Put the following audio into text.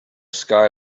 sky